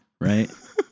right